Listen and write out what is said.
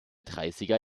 dreißiger